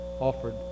offered